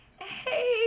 hey